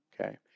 Okay